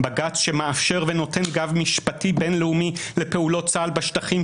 בג"צ שמאפשר ונותן גב משפטי בין-לאומי לפעולות צה"ל בשטחים,